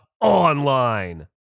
online